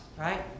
right